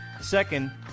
Second